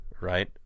right